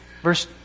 verse